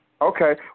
okay